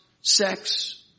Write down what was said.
sex